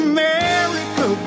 America